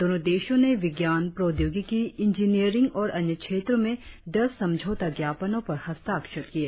दोनो देशों ने विज्ञान प्रौद्योगिकी इंजीनियरिंग और अन्य क्षेत्रो में दस समझौता ज्ञापनो पर हस्ताक्षर किए